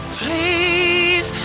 please